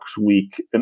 week